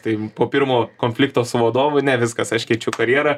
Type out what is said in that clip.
tai po pirmo konflikto su vadovu ne viskas aš keičiu karjerą